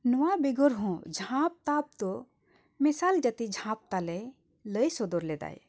ᱱᱚᱣᱟ ᱵᱮᱜᱚᱨ ᱦᱚᱸ ᱡᱷᱟᱸᱯ ᱛᱟᱯ ᱫᱚ ᱢᱮᱥᱟᱞ ᱡᱟᱹᱛᱤ ᱡᱷᱟᱯ ᱛᱟᱞᱮ ᱞᱟᱹᱭ ᱥᱚᱫᱚᱨ ᱞᱮᱫᱟᱭ